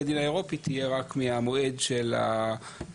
הדין האירופי תהיה רק מהמועד של פרסום,